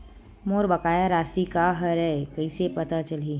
मोर बकाया राशि का हरय कइसे पता चलहि?